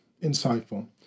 insightful